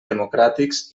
democràtics